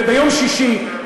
וביום שישי,